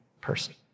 person